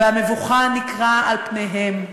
והמבוכה ניכרה על פניהם,